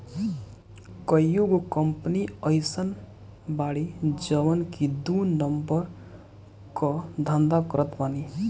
कईगो कंपनी अइसन बाड़ी जवन की दू नंबर कअ धंधा करत बानी